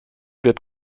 wird